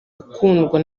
ukundwa